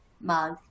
mug